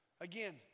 Again